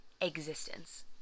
existence